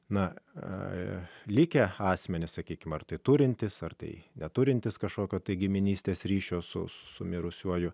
na likę asmenys sakykime ar tai turintys ar tai neturintys kažkokio tai giminystės ryšio su su mirusiuoju